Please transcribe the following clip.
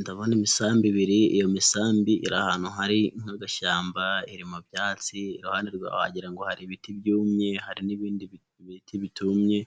Ndabona imisambi ibiri, iyo misambi iri ahantu hari nk'agashyamba iri mu byatsi, iruhande wagira ngo hari ibiti byumye, hari n'ibindi biti bitumye,